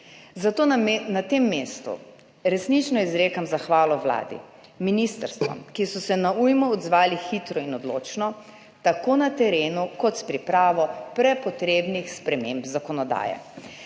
Zato na tem mestu resnično izrekam zahvalo vladi, ministrstvom, ki so se na ujmo odzvali hitro in odločno, tako na terenu kot s pripravo prepotrebnih sprememb zakonodaje.